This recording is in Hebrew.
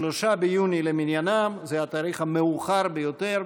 3 ביוני למניינם זה התאריך המאוחר ביותר,